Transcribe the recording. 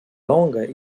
longa